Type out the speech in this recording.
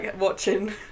watching